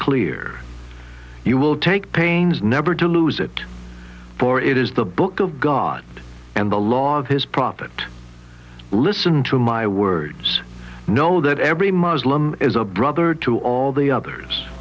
clear you will take pains never to lose it for it is the book of god and the law of his prophet listen to my words know that every muslim is a brother to all the others